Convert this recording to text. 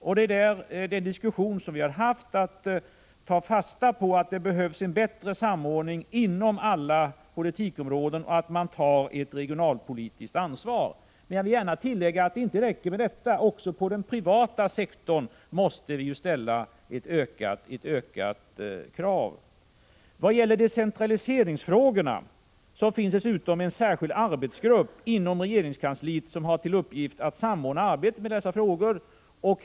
I den diskussion som vi har fört har vi velat ta fasta på att det behövs en bättre samordning och att man tar ett regionalpolitiskt ansvar inom alla politikområden. Jag vill gärna tillägga att det inte räcker med detta. Också på den privata sektorn måste vi ställa ökade krav. Vad gäller decentraliseringsfrågorna finns det dessutom en särskild arbetsgrupp inom regeringskansliet som har till uppgift att samordna arbetet med dessa frågor.